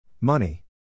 Money